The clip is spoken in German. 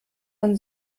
von